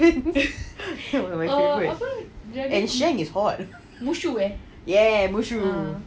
that song was my favourite and shang is hot !yay! mushu